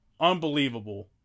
Unbelievable